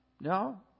no